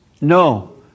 no